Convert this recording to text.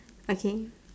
okay